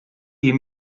you